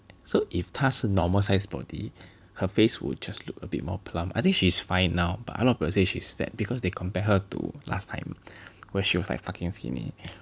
so if 他是 normal size body her face would just look a bit more plump I think she's fine now but a lot of people say she's fat because they compare her to last time where she was like fucking skinny